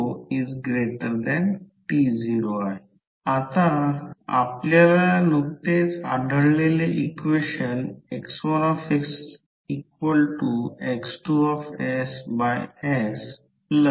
तर जर हे पहा आणि हे पहा की तीन पाथ आहेत LB नंतर LC आणि हे LA आहे या पॉईंटरकडे पहा हे LA आहे हा पाथ LC आहे आणि इथे हा पाथ LB आहे तो B आहे तो A आहे आणि हा येथे C आहे पॉईंटर पहा